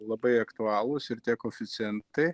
labai aktualūs ir tie koeficientai